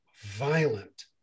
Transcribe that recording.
violent